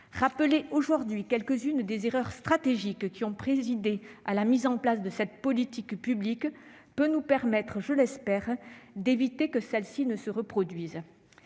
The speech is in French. Rappeler aujourd'hui quelques-unes des erreurs stratégiques qui ont présidé à la mise en place de cette politique publique peut nous permettre, je l'espère, d'éviter qu'elles ne se reproduisent.